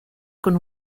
con